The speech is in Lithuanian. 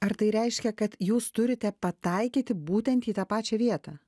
ar tai reiškia kad jūs turite pataikyti būtent į tą pačią vietą